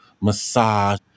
massage